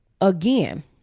again